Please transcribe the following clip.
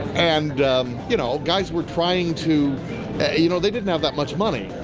and you know, guys were trying to you know they didn't have that much money,